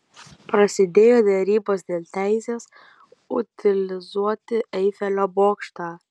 prasidėjo derybos dėl teisės utilizuoti eifelio bokštą